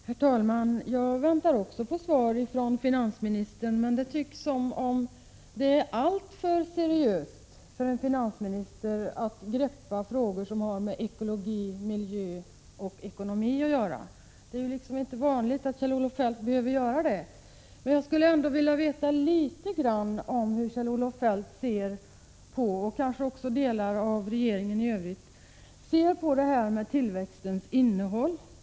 Herr talman! Jag väntar också på svar från finansministern, men det tycks som om det är alltför seriöst för en finansminister att i ett sammanhang greppa frågor som har med ekologi, miljö och ekonomi att göra. Det är liksom inte vanligt att Kjell-Olof Feldt behöver göra det. Men jag skulle ändå vilja veta litet grand om hur Kjell-Olof Feldt — och kanske också övriga i regeringen — ser på det här med tillväxtens innehåll.